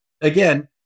Again